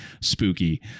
spooky